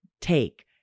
take